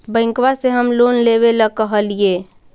बैंकवा से हम लोन लेवेल कहलिऐ?